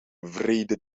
wrede